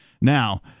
Now